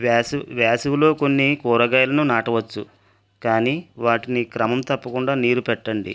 వేసవి వేసవిలో కొన్ని కూరగాయాలను నాటవచ్చు కానీ వాటికని క్రమం తప్పకుండా నీరు పెట్టండి